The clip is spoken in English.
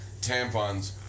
tampons